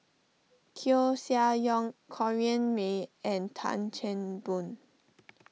Koeh Sia Yong Corrinne May and Tan Chan Boon